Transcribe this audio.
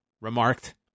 remarked